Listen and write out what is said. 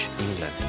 England